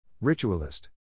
Ritualist